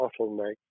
bottleneck